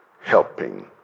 helping